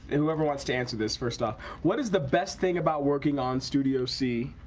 whoever wants to answer this first off what is the best thing about working on studio c.